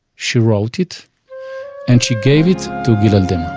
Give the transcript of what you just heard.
she wrote it and she gave it to gil and